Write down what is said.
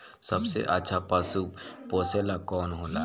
सबसे अच्छा पशु पोसेला कौन होला?